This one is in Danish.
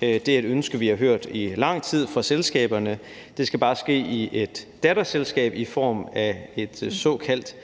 Det er et ønske, vi har hørt i lang tid fra selskaberne. Det skal bare ske i et datterselskab i form af en såkaldt